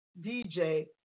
DJ